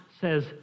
says